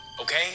okay